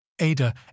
Ada